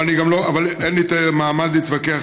אבל אין לי מעמד להתווכח.